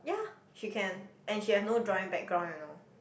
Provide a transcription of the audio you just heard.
ya she can and she have no drawing background you know